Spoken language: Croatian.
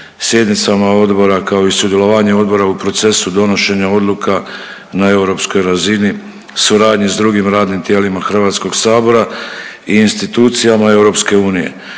sjednicama odbora kao i sudjelovanje odbora u procesu donošenja odluka na europskoj razini, suradnju s drugim radnim tijelima Hrvatskog sabora i institucijama EU. Informacije